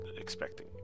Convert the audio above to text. expecting